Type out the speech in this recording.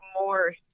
more